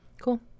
cool